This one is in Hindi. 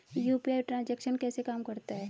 यू.पी.आई ट्रांजैक्शन कैसे काम करता है?